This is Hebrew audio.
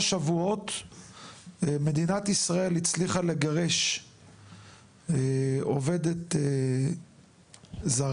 שבועות מדינת ישראל הצליחה לגרש עובדת זרה,